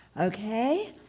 Okay